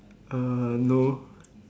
uh no